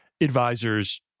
advisors